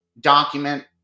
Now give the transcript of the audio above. document